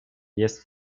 jest